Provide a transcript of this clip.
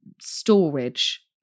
storage